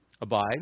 Abide